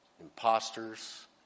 imposters